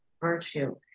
virtue